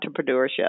entrepreneurship